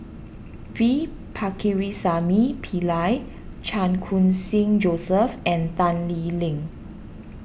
P Pakirisamy Pillai Chan Khun Sing Joseph and Tan Lee Leng